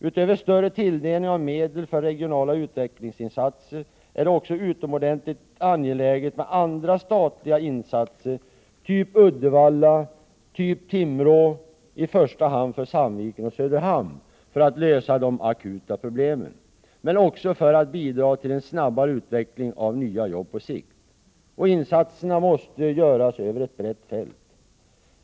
Utöver större tilldelning av medel för regionala utvecklingsinsatser är det också utomordentligt angeläget med andra statliga insatser, typ Uddevalla och typ Timrå, i första hand för Sandviken och Söderhamn, för att lösa de akuta problemen, men också för att bidra till en snabbare utveckling av nya jobb på sikt. Insatserna måste göras över ett brett fält.